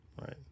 right